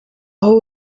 aho